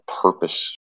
purpose